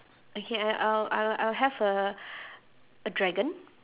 okay I I'll I'll I'll have a a dragon